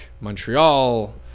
Montreal